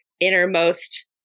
innermost